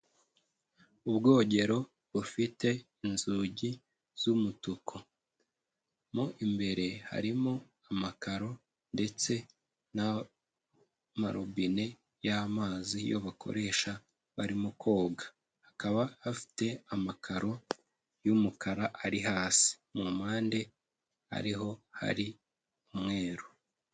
Ubwogero bufite inzugi z'umutuku, mo imbere harimo amakaro ndetse n'amarobine y'amazi ayo bakoresha barimo koga, hakaba hafite amakaro y'umukara ari hasi, mu mpande ariho hari umweru.